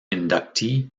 inductee